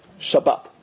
Shabbat